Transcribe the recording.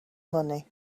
money